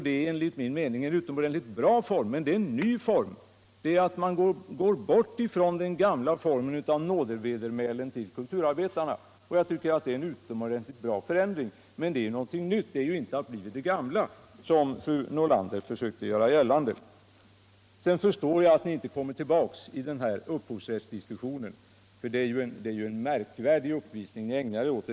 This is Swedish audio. Det är enligt min mening en utomordentligt bra form, men det är en ny form som innebär att man går bort från den gamla formen av nådevedermälen till kulturarbetarna. Jag tycker det är en utomordentligt bra förändring. Det är någonting nytt — det är ju inte att bli vid det gamla, som fru Nordlander försökte göra gällande. Sedan förstår jag att ni inte kommer tillbaka i upphovsrättsdiskussionen, för det är ju en märkvärdig uppvisning ni ägnar er åt.